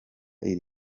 iri